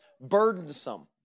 burdensome